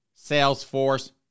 Salesforce